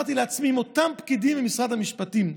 אמרתי לעצמי: אם אותם פקידים ממשרד המשפטים,